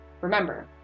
Remember